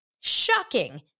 Shocking